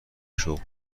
شغل